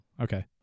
okay